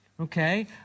Okay